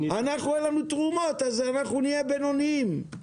לנו אין תרומות אז נהיה בינוניים.